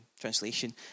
translation